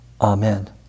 Amen